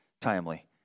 timely